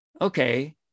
okay